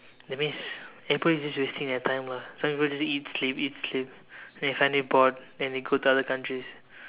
that means everybody is just wasting their time lah some people just eat sleep eat sleep they find it bored then they go to other countries